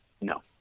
No